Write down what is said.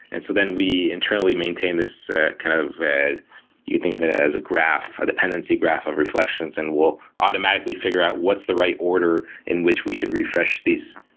and so then we internally maintain this kind of you can think of it it as a graph, dependency graph of reflections and will automatically figure out what's the right order in which we should refresh these